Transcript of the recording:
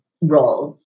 role